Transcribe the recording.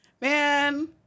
man